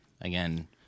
again